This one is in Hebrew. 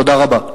תודה רבה.